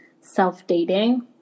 self-dating